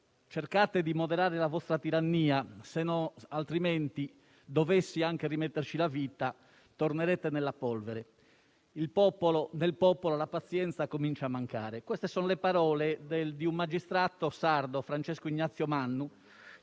cercate di moderare la vostra tirannia, altrimenti, dovessi anche rimetterci la vita, tornerete nella polvere; nel popolo la pazienza comincia a mancare. Queste sono le parole di un magistrato sardo, Francesco Ignazio Mannu,